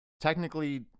technically